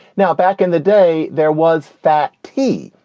now, back in the day, there was fat t.